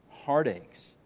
Heartaches